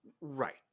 Right